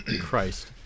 Christ